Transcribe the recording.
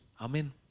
Amen